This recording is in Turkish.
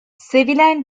sevilen